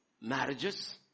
marriages